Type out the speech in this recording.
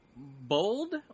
Bold